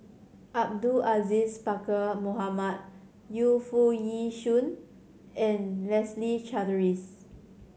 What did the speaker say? Abdul Aziz Pakkeer Mohamed Yu Foo Yee Shoon and Leslie Charteris